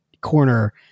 corner